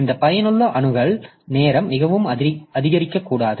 இந்த பயனுள்ள அணுகல் நேரம் மிகவும் அதிகரிக்கக்கூடாது